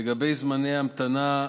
לגבי זמני המתנה,